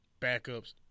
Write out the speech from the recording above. backups